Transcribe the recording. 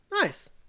nice